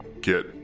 get